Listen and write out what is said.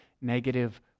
negative